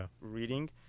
reading